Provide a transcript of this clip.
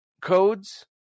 codes